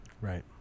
Right